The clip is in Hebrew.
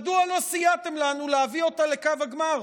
מדוע לא סייעתם לנו להביא אותה לקו הגמר?